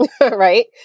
right